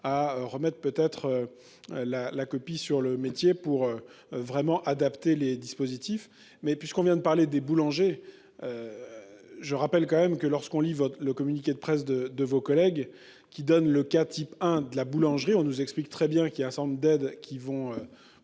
remettre peut-être. La la copie sur le métier pour vraiment adapter les dispositifs mais puisqu'on vient de parler des boulangers. Je rappelle quand même que lorsqu'on lit votre le communiqué de presse de de vos collègues qui donne le cas type Inde de la boulangerie, on nous explique très bien qu'il y a un certain nombre d'aides qui vont.